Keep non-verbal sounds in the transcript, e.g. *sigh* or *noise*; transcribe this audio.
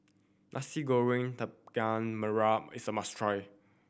Nasi Goreng *unintelligible* merah is a must try